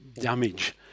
damage